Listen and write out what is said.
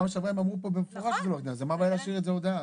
פעם שעברה הם אמרו פה במפורש אז מה הבעיה להשאיר את זה הודעה?